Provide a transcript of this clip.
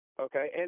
Okay